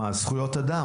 זכויות אדם.